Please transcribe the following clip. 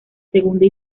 segunda